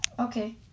Okay